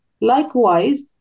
Likewise